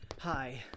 Hi